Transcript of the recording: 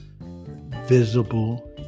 visible